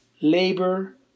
labor